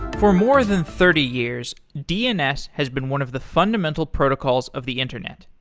for more than thirty years, dns has been one of the fundamental protocols of the internet.